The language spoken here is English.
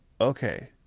Okay